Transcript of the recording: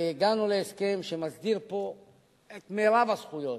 והגענו להסכם שמסדיר פה את מרב הזכויות,